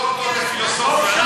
דוקטור לפילוסופיה.